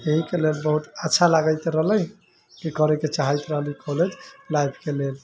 एहि के लेल बहुत अच्छा लगैत रहलै की करय के चाहैत रहलू कॉलेज लाइफ के लेल